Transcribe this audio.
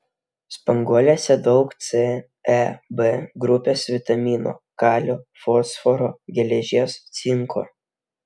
spanguolėse daug c e b grupės vitaminų kalio fosforo geležies cinko